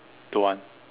don't want